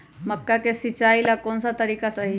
मक्का के सिचाई ला कौन सा तरीका सही है?